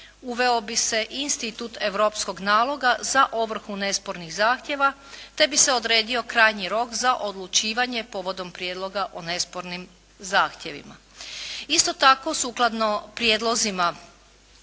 uveo bi se i Institut europskog naloga za ovrhu nespornih zahtjeva te bi se odredio krajnji rok za odlučivanje povodom prijedloga o nespornim zahtjevima. Isto tako, sukladno prijedlozima